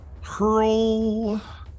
hurl